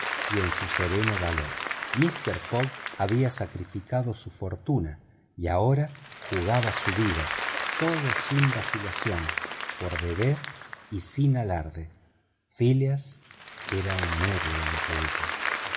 y en su sereno valor mister fogg había sacrificado su fortuna y ahora uaaba su vida todo sin vacilación por deber y sin alarde phileas era un héroe ante ella